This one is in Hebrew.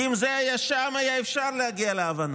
כי אם זה היה שם היה אפשר להגיע להבנות,